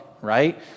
right